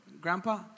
grandpa